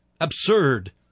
Absurd